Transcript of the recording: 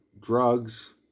drugs